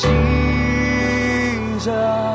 Jesus